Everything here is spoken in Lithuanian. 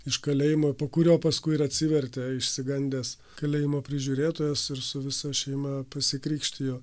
iš kalėjimo po kurio paskui ir atsivertė išsigandęs kalėjimo prižiūrėtojas ir su visa šeima pasikrikštijo